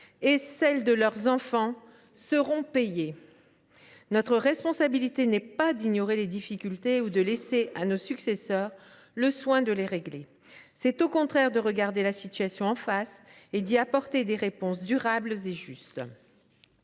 et celles de leurs enfants seront financées. Notre responsabilité n’est pas d’ignorer les difficultés ou de laisser à nos successeurs le soin de les régler. Au contraire, elle nous invite à regarder la situation en face et à lui apporter des réponses durables et justes.